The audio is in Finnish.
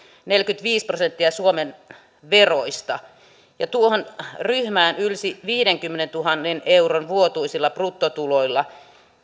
neljäkymmentäviisi prosenttia suomen veroista tuohon ryhmään ylsi viidenkymmenentuhannen euron vuotuisilla bruttotuloilla